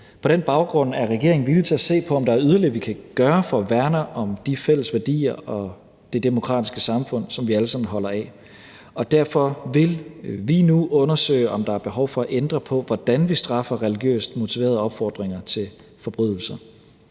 På den baggrund er regeringen villig til at se på, om der er yderligere, vi kan gøre for at værne om de fælles værdier og det demokratiske samfund, som vi alle sammen holder af. Derfor vil vi nu undersøge, om der er behov for at ændre på, hvordan vi straffer religiøst motiverede opfordringer til forbrydelser.